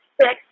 six